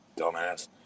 Dumbass